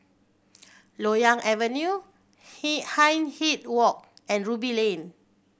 Loyang Avenue Hindhede Walk and Ruby Lane